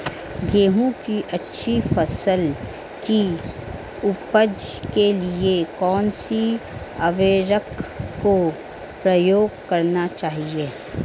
गेहूँ की अच्छी फसल की उपज के लिए कौनसी उर्वरक का प्रयोग करना चाहिए?